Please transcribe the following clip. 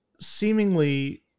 seemingly